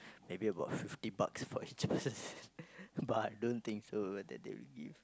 maybe about fifty bucks for each person but don't think so that they will give